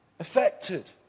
affected